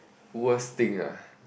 worst thing ah